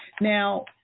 Now